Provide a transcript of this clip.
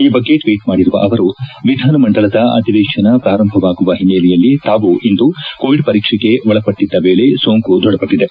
ಈ ಬಗ್ಗೆ ಟ್ನೀಟ್ ಮಾಡಿರುವ ಅವರು ವಿಧಾನಮಂಡಲದ ಅಧಿವೇಶನ ಪ್ರಾರಂಭವಾಗುವ ಹಿನ್ನೆಲೆಯಲ್ಲಿ ತಾವು ಇಂದು ಕೋವಿಡ್ ಪರೀಕ್ಷೆಗೆ ಒಳಪಟ್ಟದ್ದ ವೇಳೆ ಸೋಂಕು ದೃಢಪಟ್ಟದೆ